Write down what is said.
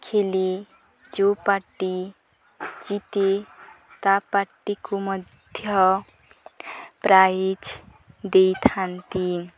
ଖେଳି ଯେଉଁ ପାର୍ଟି ଜିତେ ତା' ପାର୍ଟିକୁ ମଧ୍ୟ ପ୍ରାଇଜ୍ ଦେଇଥାନ୍ତି